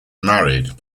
married